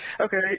Okay